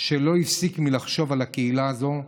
שלא הפסיק מלחשוב על הקהילה הזו,